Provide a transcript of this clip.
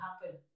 happen